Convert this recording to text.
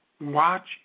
Watch